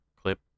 clip